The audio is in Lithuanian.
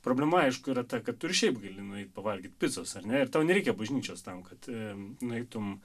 problema aišku yra ta kad tu ir šiaip gali nueit pavalgyt picos ar ne ir tau nereikia bažnyčios tam kad nueitum